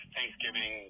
Thanksgiving